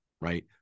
right